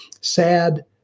sad